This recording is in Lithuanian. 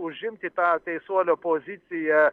užimti tą teisuolio poziciją